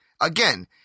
Again